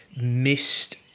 missed